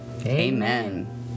Amen